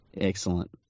Excellent